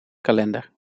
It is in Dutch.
kalender